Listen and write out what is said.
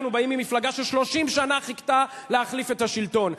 אנחנו באים ממפלגה ש-30 שנה חיכתה להחליף את השלטון.